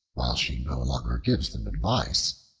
while she no longer gives them advice,